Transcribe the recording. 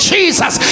Jesus